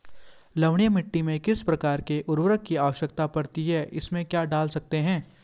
लवणीय मिट्टी में किस प्रकार के उर्वरक की आवश्यकता पड़ती है इसमें क्या डाल सकते हैं?